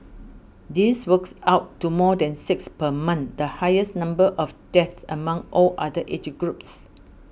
this works out to more than six per month the highest number of deaths among all other age groups